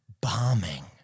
bombing